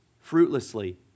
fruitlessly